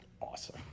awesome